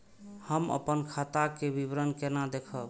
हम अपन खाता के विवरण केना देखब?